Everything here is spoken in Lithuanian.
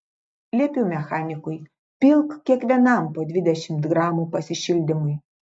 liepiu mechanikui pilk kiekvienam po dvidešimt gramų pasišildymui